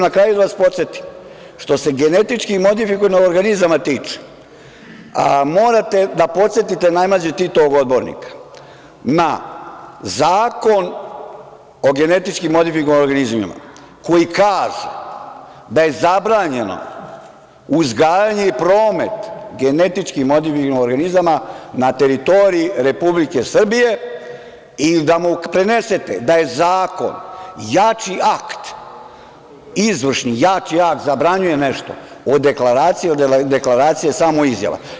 Na kraju, da vas podsetim, što se genetički modifikovanih organizama tiče, morate da podsetite najmlađeg Titovog odbornika na zakon o genetički modifikovanim organizmima, koji kaže da je zabranjeno uzgajanje i promet genetički modifikovanih organizama na teritoriji Republike Srbije i da mu prenesete da je zakon jači akt, izvršni, jači akt, zabranjuje nešto, od deklaracije, jer je deklaracija samo izjava.